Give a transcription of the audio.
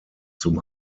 zum